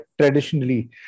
traditionally